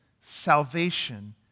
salvation